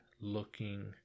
looking